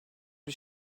bir